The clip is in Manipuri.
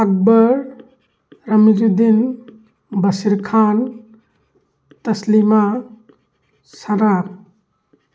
ꯑꯛꯕꯔ ꯔꯥꯃꯤꯖꯨꯗꯤꯟ ꯕꯁꯤꯔ ꯈꯥꯟ ꯇꯁꯂꯤꯃꯥ ꯁꯥꯔꯥ